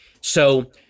So-